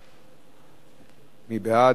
מי בעד?